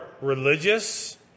religious